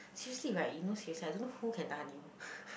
seriously right you know seriously right I don't know who can tahan you